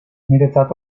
niretzat